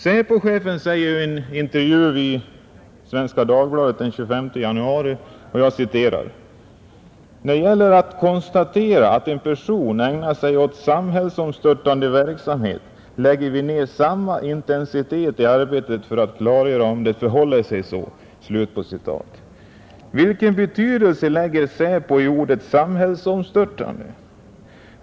SÄPO-chefen säger i en intervju i Svenska Dagbladet den 25 januari: ”När det gäller att konstatera om en person ägnar sig åt samhällsomstörtande verksamhet lägger vi samma intensitet i arbetet för att klargöra om det verkligen förhåller sig så.” Vilken innebörd ger SÄPO ordet ”samhällsomstörtande”?